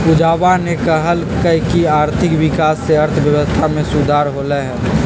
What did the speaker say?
पूजावा ने कहल कई की आर्थिक विकास से अर्थव्यवस्था में सुधार होलय है